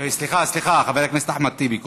סליחה, חבר הכנסת אחמד טיבי קודם.